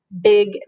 big